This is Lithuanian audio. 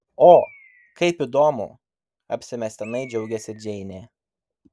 o kaip įdomu apsimestinai džiaugėsi džeinė